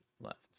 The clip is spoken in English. left